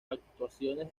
actuaciones